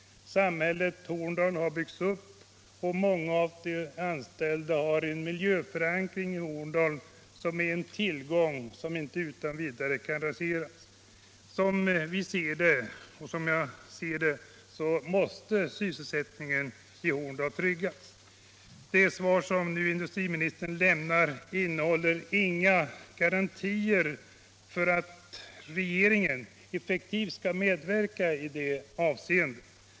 Samhället i Horndal har byggts upp kring företaget, och många av de anställda har sin miljöförankring där — en tillgång som inte utan vidare kan raseras. Som jag ser det måste sysselsättningen i Horndal tryggas. Det svar som industriministern nu lämnat innehåller inga garantier för att regeringen effektivt skall medverka i detta avseende.